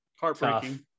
Heartbreaking